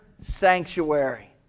sanctuary